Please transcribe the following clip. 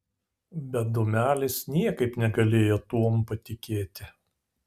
bet dūmelis niekaip negalėjo tuom patikėti